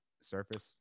surface